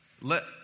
let